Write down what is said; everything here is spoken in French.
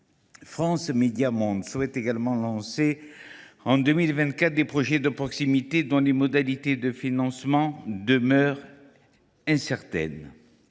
France Médias Monde souhaite également lancer en 2024 des projets de proximité dont les modalités de financement demeurent incertaines.